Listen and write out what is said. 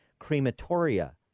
crematoria